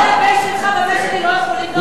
שוודאי הבן שלך והבן שלי לא יוכלו לקנות.